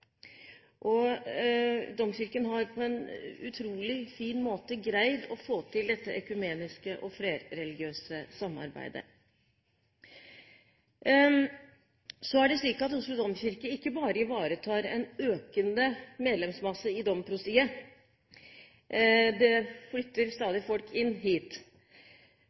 Domkirken har på en utrolig fin måte greid å få til dette økumeniske og flerreligiøse samarbeidet. Så er det slik at Oslo domkirke ikke bare ivaretar en økende medlemsmasse i Domprostiet, det flytter stadig folk inn hit.